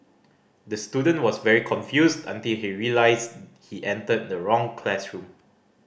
the student was very confused until he realised he entered the wrong classroom